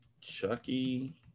Chucky